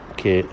che